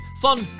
fun